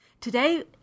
today